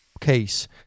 case